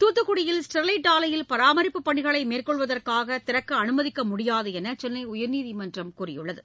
தூத்துக்குடியில் ஸ்டெர்லைட் ஆலையில் பராமரிப்புப்பனிகளை மேற்கொள்வதற்காக கிறக்க அனுமதிக்க முடியாது என்று சென்னை உயர்நீதிமன்றம் கூறியுள்ளது